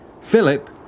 Philip